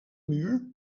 muur